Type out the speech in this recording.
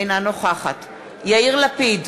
אינה נוכחת יאיר לפיד,